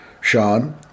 Sean